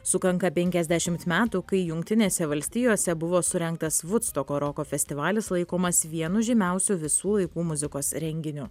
sukanka penkiasdešimt metų kai jungtinėse valstijose buvo surengtas vudstoko roko festivalis laikomas vienu žymiausių visų laikų muzikos renginiu